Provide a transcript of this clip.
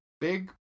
big